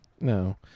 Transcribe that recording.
No